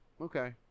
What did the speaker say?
Okay